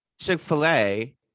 Chick-fil-a